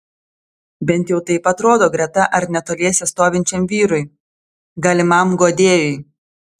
bent jau taip atrodo greta ar netoliese stovinčiam vyrui galimam guodėjui